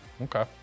Okay